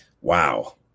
Wow